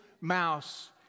mouse